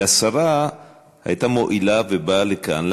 והשרה הייתה מואילה ובאה לכאן להקשיב.